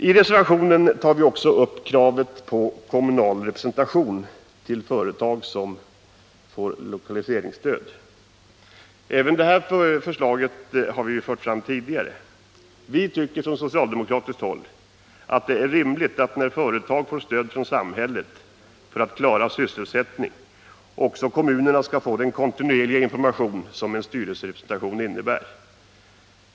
I reservationen tar vi också upp kravet på kommunal representation i företag som får lokaliseringsstöd. Även det här förslaget har vi fört fram tidigare. Vi tycker från socialdemokratiskt håll att det är rimligt att när företag får stöd från samhället för att klara sysselsättningen skall också kommunerna få den kontinuerliga information som en styrelserepresentation innebär.